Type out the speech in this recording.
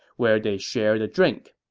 where they shared a drink